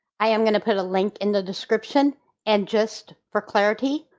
i am going to put a link in the description and just for clarity,